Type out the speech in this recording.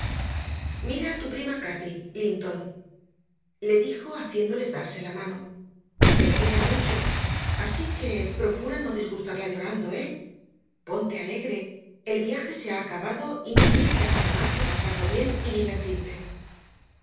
a tu prima cati linton le dijo haciéndoles darse la mano te quiere mucho así que procura no disgustarla llorando eh ponte alegre el viaje se ha acabado y no tienes que hacer más que pasarlo bien y divertirte